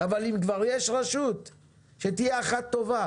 אבל אם כבר יש רשות אז שתהיה אחת טובה